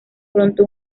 pronto